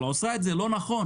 אבל עושה את זה לא נכון.